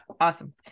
awesome